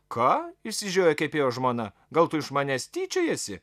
ką išsižiojo kepėjo žmona gal tu iš manęs tyčiojiesi